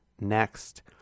next